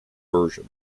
version